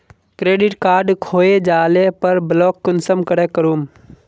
Credit card खोये जाले पर ब्लॉक कुंसम करे करूम?